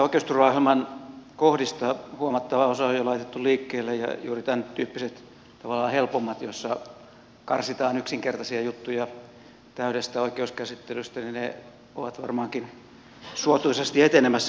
näistä oikeusturvaohjelman kohdista huomattava osa on jo laitettu liikkeelle ja juuri tämäntyyppiset tavallaan helpommat joissa karsitaan yksinkertaisia juttuja täydestä oikeuskäsittelystä ovat varmaankin suotuisasti etenemässä